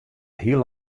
heel